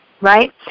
right